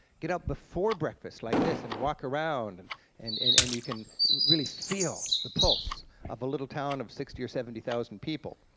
get up before breakfast, like this, and walk around, and and and and you can really feel the pulse of a little town of sixty or seventy thousand people,